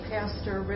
Pastor